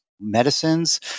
medicines